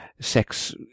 sex